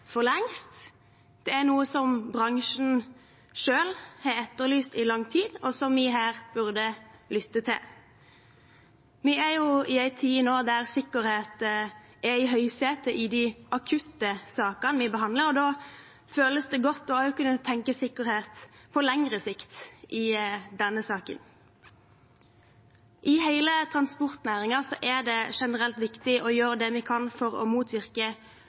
for lengst. Det er noe som bransjen selv har etterlyst i lang tid, og som vi her burde lytte til. Vi er i en tid nå da sikkerhet er i høysetet i de akutte sakene vi behandler. Da føles det godt også å kunne tenke sikkerhet på lengre sikt i denne saken. I hele transportnæringen er det generelt viktig å gjøre det vi kan for å motvirke